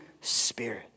Spirit